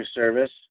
Service